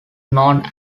known